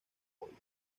pollo